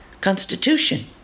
constitution